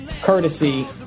courtesy